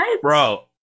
Bro